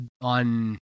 On